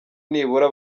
nibura